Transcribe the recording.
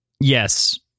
yes